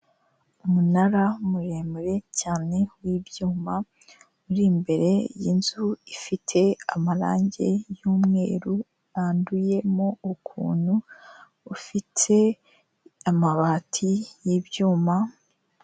Umunara muremure cyane w'ibyuma uri imbere y'inzu ifite amarangi y'umweru, yanduyemo ukuntu, ufite amabati y'ibyuma.